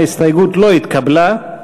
ההסתייגות לא התקבלה.